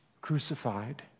crucified